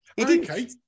Okay